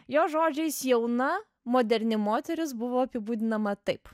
jo žodžiais jauna moderni moteris buvo apibūdinama taip